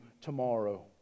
tomorrow